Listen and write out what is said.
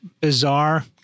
bizarre